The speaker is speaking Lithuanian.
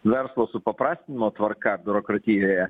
verslo supaprastinimo tvarka biurokratijoje